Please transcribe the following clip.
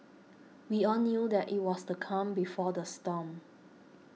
we all knew that it was the calm before the storm